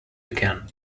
began